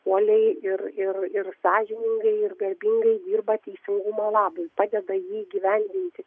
uoliai ir ir ir sąžiningai ir garbingai dirba teisingumo labui padeda jį įgyvendinti